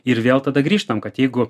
ir vėl tada grįžtam kad jeigu